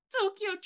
Tokyo